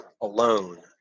alone